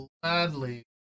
gladly